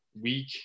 week